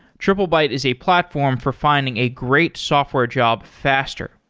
triplebyte is a platform for finding a great software job faster.